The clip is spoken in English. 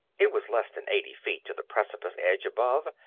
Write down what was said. it was less than eighty feet to the precipice edge above,